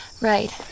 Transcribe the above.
right